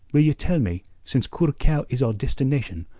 will you tell me, since curacao is our destination,